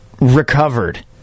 recovered